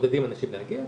מעודדים אנשים להגיע.